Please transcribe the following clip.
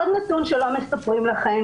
עוד נתון שלא מספרים לכם